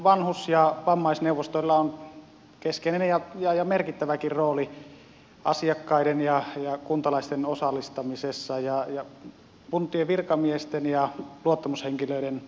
vanhus ja vammaisneuvostoilla on keskeinen ja merkittäväkin rooli asiakkaiden ja kuntalaisten osallistamisessa ja kuntien virkamiesten ja luottamushenkilöiden tukemisessa